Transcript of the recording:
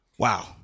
Wow